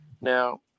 Now